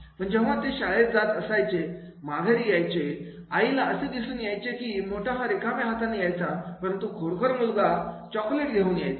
पण जेव्हा ते शाळेत जात असायचे माघारी यायचे आईला असे दिसून यायचे की मोठा हा रिकाम्या हाताने यायचा परंतु खोडकर मुलगा चॉकलेट घेऊन यायचा